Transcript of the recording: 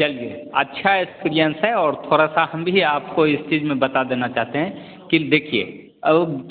चलिए अच्छा ऐसा एसपीरिएन्स है और थोड़ा सा हम भी आपको इस चीज़ में बता देना चाहते हैं कि देखिए